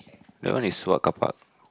that one is what carpark